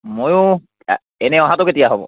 ময়ো এনে অহাটো কেতিয়া হ'ব